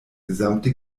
gesamte